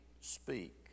speak